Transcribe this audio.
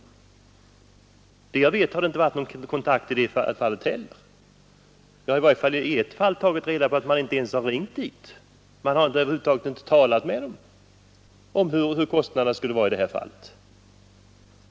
Såvitt jag vet har det inte förekommit någon sådan kontakt. Jag har åtminstone i ett fall tagit reda på att man inte ens har ringt till organisationen, och man har inte ens talat med dem om hur stora kostnaderna skulle vara i det här fallet.